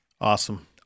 Awesome